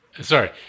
Sorry